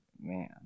Man